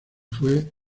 fue